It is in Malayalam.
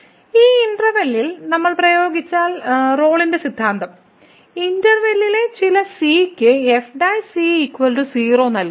ഈ ഇന്റെർവെല്ലിൽ നമ്മൾ പ്രയോഗിച്ചാൽ റോളിന്റെ സിദ്ധാന്തം ഇന്റെർവെല്ലിലെ ചില c ക്ക് f 0 നൽകും